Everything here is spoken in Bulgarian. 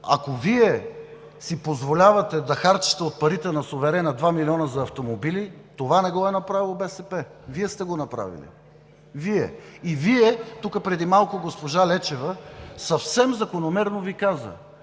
ако Вие си позволявате да харчите от парите на суверена 2 млн. лв. за автомобили, това не го е направила БСП, Вие сте го направили. Вие! Тук преди малко госпожа Лечева съвсем закономерно Ви каза: